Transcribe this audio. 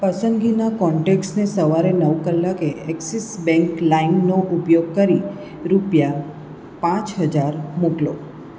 પસંદગીનાં કોન્ટેક્ટ્સને સવારે નવ કલાકે એક્સિસ બેંક લાઇમનો ઉપયોગ કરી રૂપિયા પાંચ હજાર મોકલો